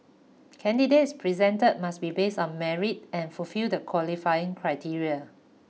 candidates presented must be based on merit and fulfil the qualifying criteria